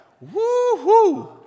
Woo-hoo